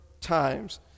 times